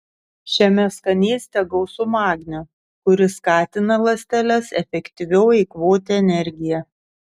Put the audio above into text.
šiame skanėste gausu magnio kuris skatina ląsteles efektyviau eikvoti energiją